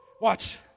Watch